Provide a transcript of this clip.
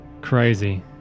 Crazy